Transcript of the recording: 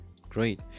Great